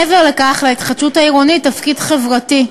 מעבר לכך, להתחדשות העירונית תפקיד חברתי,